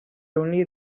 only